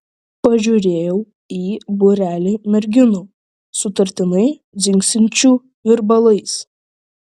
pažiūrėjau į būrelį merginų sutartinai dzingsinčių virbalais